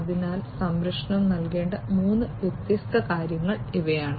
അതിനാൽ സംരക്ഷണം നൽകേണ്ട 3 വ്യത്യസ്ത കാര്യങ്ങൾ ഇവയാണ്